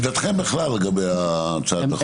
עמדתכם בכלל לגבי הצעת החוק.